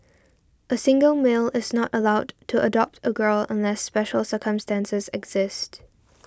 a single male is not allowed to adopt a girl unless special circumstances exist